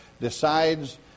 decides